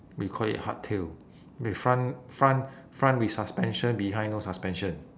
we call it hardtail with front front front with suspension behind no suspension